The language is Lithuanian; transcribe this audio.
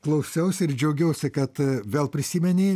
klausiausi ir džiaugiuosi kad vėl prisimeni